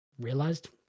realized